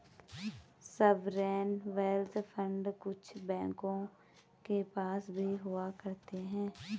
sovereign wealth fund कुछ बैंकों के पास भी हुआ करते हैं